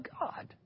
God